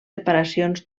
reparacions